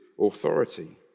authority